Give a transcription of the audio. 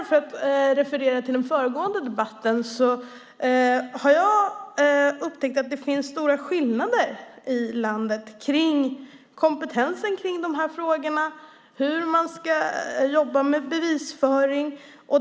För att referera till den föregående debatten har jag upptäckt att det finns stora skillnader i landet i kompetensen i dessa frågor och hur man ska jobba med bevisföring.